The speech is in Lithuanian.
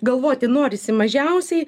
galvoti norisi mažiausiai